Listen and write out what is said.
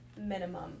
minimum